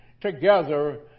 together